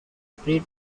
pre